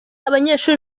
abanyeshuri